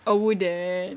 oh wouldn't